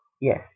yes